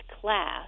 class